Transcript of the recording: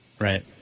Right